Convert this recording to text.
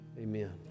Amen